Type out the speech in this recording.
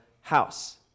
house